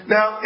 Now